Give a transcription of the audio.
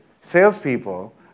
salespeople